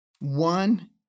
one